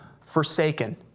forsaken